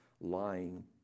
lying